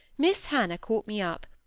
miss hannah caught me up,